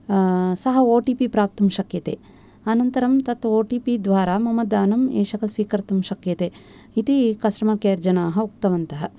सः O T P प्राप्तुं शक्यते अनन्तरं तत् ओ टि पि द्वारा मम धनम् एषः स्वीकर्तुं शक्यते इति कस्टमर् केयर् जनाः उक्तवन्तः